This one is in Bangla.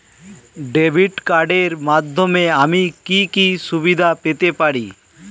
ডেবিট কার্ডের মাধ্যমে আমি কি কি সুবিধা পেতে পারি?